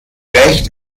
recht